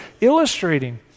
illustrating